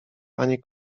panie